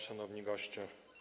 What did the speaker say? Szanowni Goście!